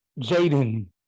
Jaden